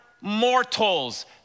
mortals